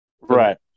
Right